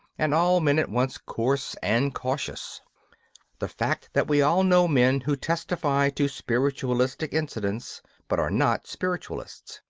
and all men at once coarse and cautious the fact that we all know men who testify to spiritualistic incidents but are not spiritualists,